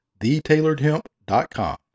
TheTailoredHemp.com